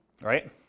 right